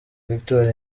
victoire